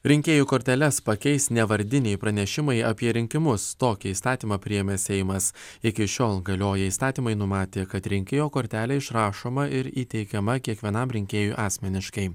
rinkėjų korteles pakeis nevardiniai pranešimai apie rinkimus tokį įstatymą priėmė seimas iki šiol galioję įstatymai numatė kad rinkėjo kortelė išrašoma ir įteikiama kiekvienam rinkėjui asmeniškai